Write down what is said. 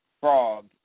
frog